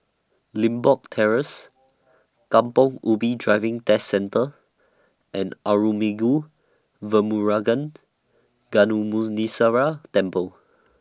Limbok Terrace Kampong Ubi Driving Test Centre and Arulmigu Velmurugan Gnanamuneeswarar Temple